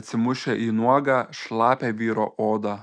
atsimušę į nuogą šlapią vyro odą